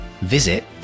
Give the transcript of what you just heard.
visit